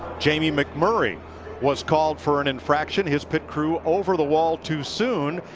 jamie mcmurray was called for an infraction. his pit crew over the wall too soon.